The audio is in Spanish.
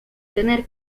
tener